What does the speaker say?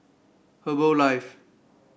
herbalife